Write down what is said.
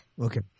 Okay